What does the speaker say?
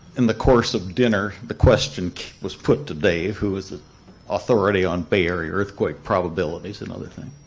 in the course of dinner, the question was put to dave, who was the authority on bay area earthquake probabilities and other things,